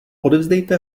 odevzdejte